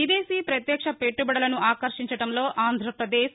విదేశీ పత్యక్ష పెట్టబడులను ఆకర్షించడంలో ఆంధ్రపదేశ్